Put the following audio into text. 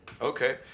Okay